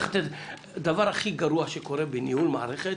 הדבר הכי גרוע שקורה בניהול מערכת,